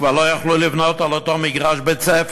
כבר לא יכלו לבנות על אותו מגרש בית-ספר,